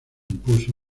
impuso